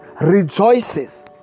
rejoices